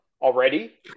already